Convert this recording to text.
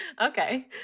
Okay